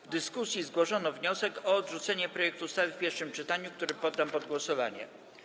W dyskusji zgłoszono wniosek o odrzucenie projektu ustawy w pierwszym czytaniu, który poddam pod głosowanie.